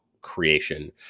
creation